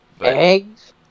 Eggs